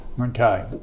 Okay